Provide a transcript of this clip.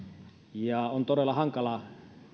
ja on todella hankalaa